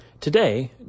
Today